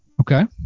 Okay